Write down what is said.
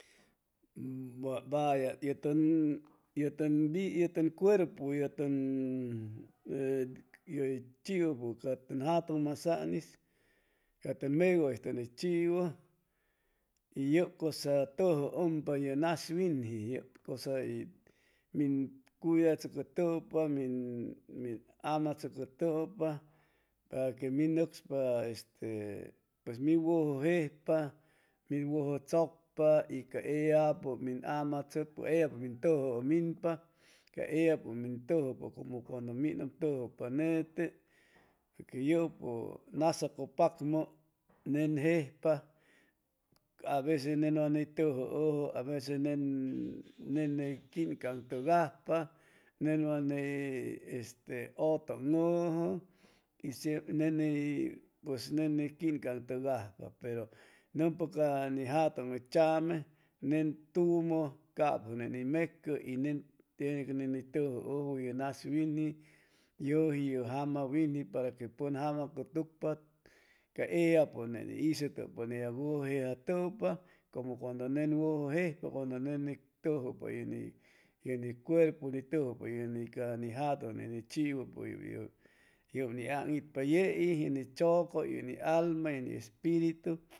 Va- valla ye tun tun cuerpu yu tun ye tun chiu ca jatun masan is ca tun megay tun chiwu y yub casa tujumpa yu nas winji cusay min cuyda tsucutupa min min ama tsucutupa paque min nucspa este pues mi wuju jejpa mi wuju tsucpa y ca ellapu mi amatsucpa ellapu min tuju u minpa ca ellaju nas ucupacmu nen jejpa aveces nen way tujuuju aveces nen nen uy quinca tugajpa nen ne way este utung' uju y nen is pues nen is quincatugajpa pero numpa ca ni jatun uy tsame nen tumu capu nen ni mecu y nen tiene tiene que ni tujuujuwu ye nas winji yuji yu jama winji para que pun jama cutucpa ca ella nen isutupa ne ya wuju jejatupa como cuando nen wuju jejpa cuando ne ni chiwu puyu yub ni ang' itpa yeiy ye ni tsucuy ye ni alma ye ni espiritu.